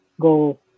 go